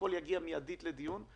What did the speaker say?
הכול יגיע מיידית לדיון,